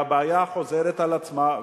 והבעיה חוזרת על עצמה,